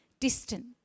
distant